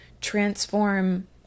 transform